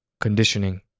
conditioning